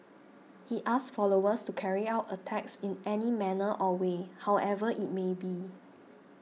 he asked followers to carry out attacks in any manner or way however it may be